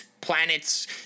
planets